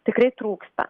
tikrai trūksta